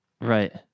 Right